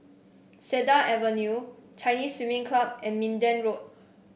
Cedar Avenue Chinese Swimming Club and Minden Road